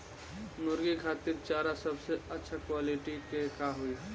मुर्गी खातिर चारा सबसे अच्छा क्वालिटी के का होई?